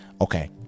Okay